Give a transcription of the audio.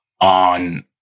on